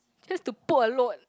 just to put a load